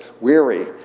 weary